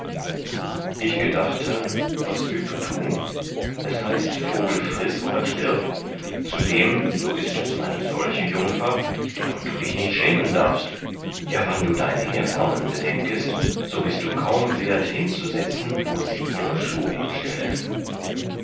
ich gedachte was willt du tun es heißt vogel friß oder stirb zudem so ist es eine solche jungfer deren du dich nicht schämen darfst ja wann du dein herkommen bedenkest so bist du kaum wert hinzusitzen wo sie ihre schuh hinstellet